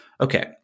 okay